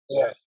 yes